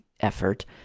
effort